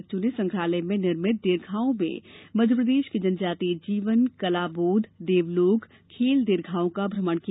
बच्चों ने संग्रहालय में निर्मित दीर्घाओं में मध्यप्रदेश के जनजातीय जीवन कलाबोध देवलोक खेल दीर्घाओं का भ्रमण किया